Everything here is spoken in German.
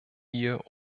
hier